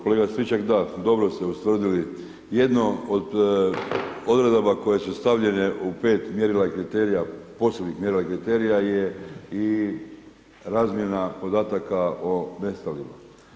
Kolega Striček, da, dobro ste ustvrdili, jedno od odredaba koje su stavljene u 5 mjerila i kriterija, posebnih mjerila i kriterija je i razmjena podataka o nestalim.